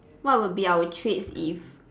what would be our traits if